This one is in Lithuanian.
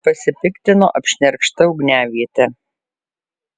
pasipiktino apšnerkšta ugniaviete